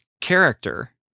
character